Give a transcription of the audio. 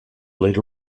would